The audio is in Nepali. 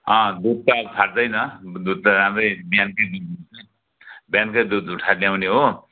अँ दुध त फाट्दैन दुध त राम्रै बिहानकै दुध हुन्छ बिहानकै दुध उठाएर ल्याउने हो